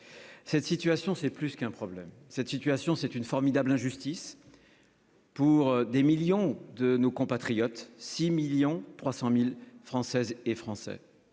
cette situation, c'est plus qu'un problème cette situation, c'est une formidable injustice pour des millions de nos compatriotes 6 1000000 300000 Françaises et Français,